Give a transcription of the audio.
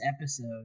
episode